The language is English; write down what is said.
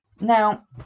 Now